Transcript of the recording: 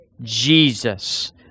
Jesus